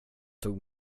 tog